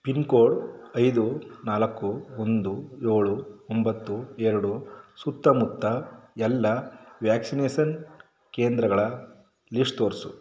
pin code ಐದು ನಾಲ್ಕು ಒಂದು ಏಳು ಒಂಬತ್ತು ಎರಡು ಸುತ್ತಮುತ್ತ ಎಲ್ಲ ವ್ಯಾಕ್ಸಿನೇಷನ್ ಕೇಂದ್ರಗಳ ಲಿಸ್ಟ್ ತೋರಿಸು